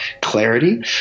clarity